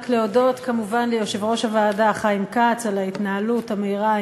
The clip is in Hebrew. רק להודות כמובן ליושב-ראש הוועדה חיים כץ על ההתנהלות המהירה,